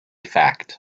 fact